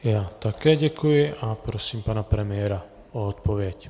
Já také děkuji a prosím pana premiéra o odpověď.